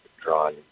drawn